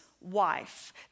wife